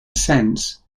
sense